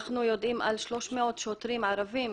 אנחנו יודעים על 300 שוטרים ערבים